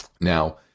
now